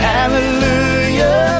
Hallelujah